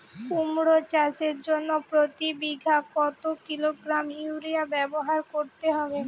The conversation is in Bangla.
কুমড়ো চাষের জন্য প্রতি বিঘা কত কিলোগ্রাম ইউরিয়া ব্যবহার করতে হবে?